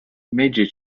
major